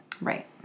Right